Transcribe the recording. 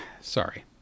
Sorry